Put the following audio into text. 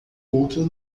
outro